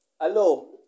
Hello